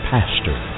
Pastor